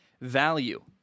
value